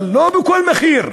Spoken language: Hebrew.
אבל, לא בכל מחיר,